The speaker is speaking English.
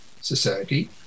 society